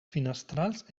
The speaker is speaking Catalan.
finestrals